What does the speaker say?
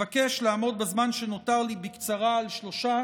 בזמן שנותר לי אבקש לעמוד בקצרה על שלושה